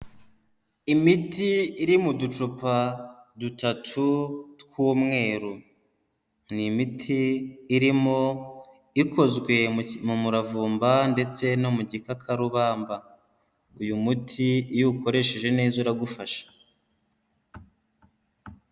Imiti iri mu ducupa dutatu tw'umweru, ni imiti irimo ikozwe mu muravumba ndetse no mu gikakarubamba. Uyu muti iyo uwukoresheje neza uragufasha.